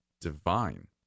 Divine